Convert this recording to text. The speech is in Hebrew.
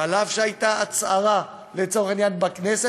ואף שהייתה הצהרה לצורך העניין בכנסת,